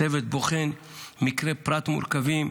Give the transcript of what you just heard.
הצוות בוחן מקרי פרט מורכבים,